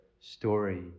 story